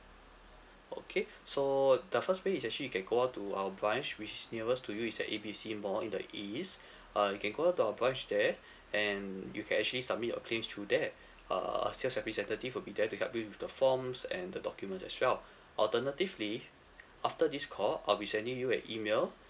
okay so the first way is actually you can go to our branch which is nearest to you is at A B C mall in the east uh you can go to our branch there and you can actually submit your claims through there a sales representative will be there to help you with the forms and the documents as well alternatively after this call I'll be sending you an email